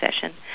session